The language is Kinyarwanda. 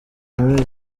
muri